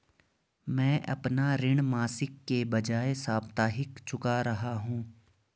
मैं अपना ऋण मासिक के बजाय साप्ताहिक चुका रहा हूँ